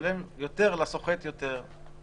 ולשלם יותר לסוחט יותר,